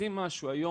לשים משהו היום,